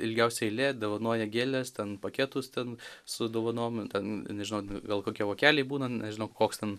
ilgiausia eilė dovanoja gėles ten paketus ten su dovanom ten nežinau gal kokie vokeliai būna nežinau koks ten